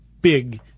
big